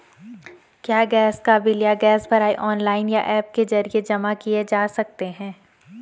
क्या गैस का बिल या गैस भराई ऑनलाइन या ऐप के जरिये जमा किये जा सकते हैं?